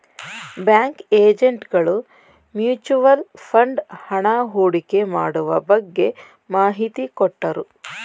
bank agent ಗಳು mutual fund ಹಣ ಹೂಡಿಕೆ ಮಾಡುವ ಬಗ್ಗೆ ಮಾಹಿತಿ ಕೊಟ್ಟರು